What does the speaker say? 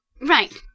Right